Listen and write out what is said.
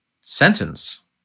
sentence